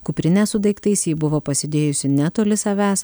kuprinę su daiktais ji buvo pasidėjusi netoli savęs